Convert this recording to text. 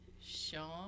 Sean